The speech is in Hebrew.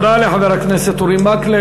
תודה לחבר הכנסת אורי מקלב.